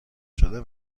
شده